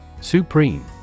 Supreme